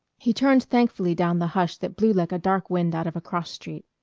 he turned thankfully down the hush that blew like a dark wind out of a cross-street,